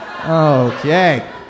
Okay